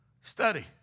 Study